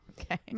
okay